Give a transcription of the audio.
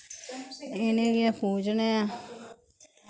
इ'नें गी गै पूजने आं